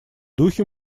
духе